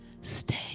stay